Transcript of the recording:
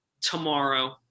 tomorrow